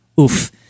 oof